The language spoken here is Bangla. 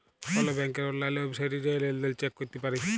কল ব্যাংকের অললাইল ওয়েবসাইটে জাঁয়ে লেলদেল চ্যাক ক্যরতে পারি